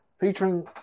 featuring